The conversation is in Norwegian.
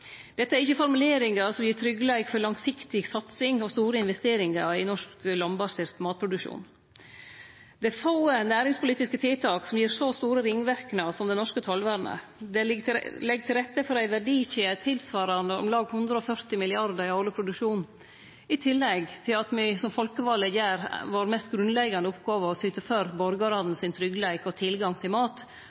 Dette er ikkje formuleringar som gir tryggleik for langsiktig satsing og store investeringar i norsk landbasert matproduksjon. Det er få næringspolitiske tiltak som gir så store ringverknader som det norske tollvernet. Det legg til rette for ei verdikjede tilsvarande om lag 140 mrd. kr i årleg produksjon, i tillegg til at me som folkevalde gjer vår mest grunnleggjande oppgåve: å syte for borgarane sin tryggleik, deira tilgang til mat